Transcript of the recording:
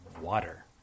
water